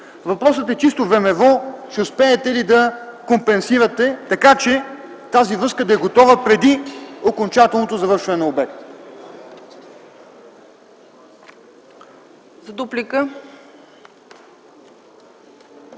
Въпросът е чисто времево ще успеете ли да компенсирате, така че тази връзка да е готова преди окончателното завършване на обекта?